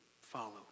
Follow